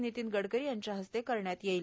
नितीन गडकरी यांच्या हस्ते करण्यात येणार आहे